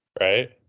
right